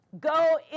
go